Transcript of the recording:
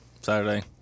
Saturday